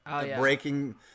breaking